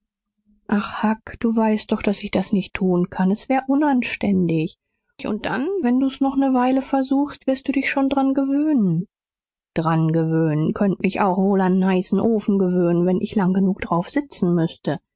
ach huck du weißt doch daß ich das nicht tun kann s wär unanständig und dann wenn du's noch ne weile versuchst wirst du dich schon dran gewöhnen dran gewöhnen könnt mich auch wohl an nen heißen ofen gewöhnen wenn ich lang genug drauf sitzen müßte